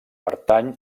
pertany